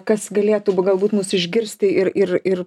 kas galėtų galbūt mus išgirsti ir ir ir